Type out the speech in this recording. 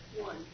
One